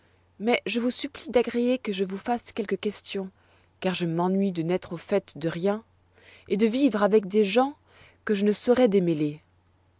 mais je vous supplie d'agréer que je vous fasse quelques questions car je m'ennuie de n'être au fait de rien et de vivre avec des gens que je ne saurois démêler